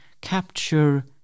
capture